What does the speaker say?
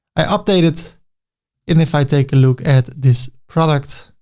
i update it and if i take a look at this product,